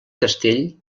castell